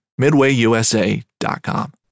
MidwayUSA.com